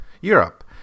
Europe